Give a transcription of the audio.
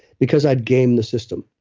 because i'd gamed the system.